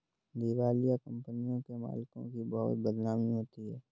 दिवालिया कंपनियों के मालिकों की बहुत बदनामी होती है